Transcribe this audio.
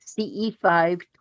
ce5